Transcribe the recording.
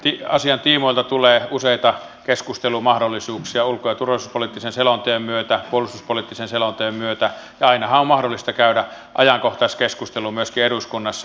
tämän asian tiimoilta tulee useita keskustelumahdollisuuksia ulko ja turvallisuuspoliittisen selonteon myötä puolustuspoliittisen selonteon myötä ja ainahan on mahdollista käydä myöskin ajankohtaiskeskustelu eduskunnassa